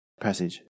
passage